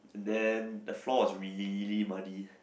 and then the floor was really muddy